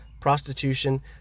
prostitution